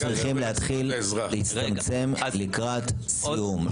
אנחנו צריכים להתחיל להצטמצם לקראת סיום,